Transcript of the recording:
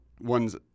ones